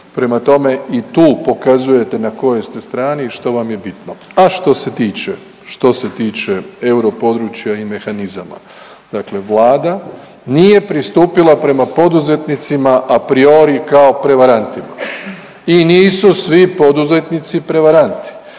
Prema tome i tu pokazujete na kojoj ste strani i što vam je bitno. A što se tiče, što se tiče europodručja i mehanizama, dakle Vlada nije pristupila prema poduzetnicima a priori kao prevarantima. I nisu svi poduzetnici prevaranti.